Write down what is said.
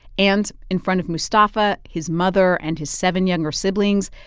and in front of mustafa, his mother and his seven younger siblings,